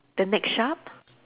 the next shop